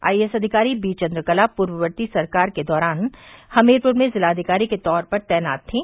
IAS अधिकारी बीचन्द्रकला पूर्ववर्ती सरकार के दौरान हमीरपुर में जिलाधिकारी के तौर पर तैनात थीं